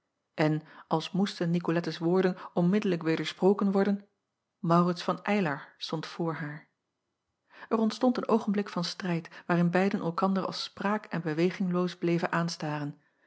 en als moesten icolettes woorden onmiddellijk wedersproken worden aurits van ylar stond voor haar acob van ennep laasje evenster delen r ontstond een oogenblik van strijd waarin beiden elkander als spraak en bewegingloos bleven aanstaren